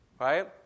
Right